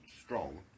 strong